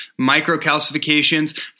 microcalcifications